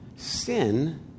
Sin